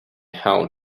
how